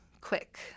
quick